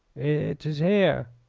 it is here!